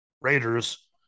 Raiders